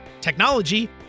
technology